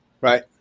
Right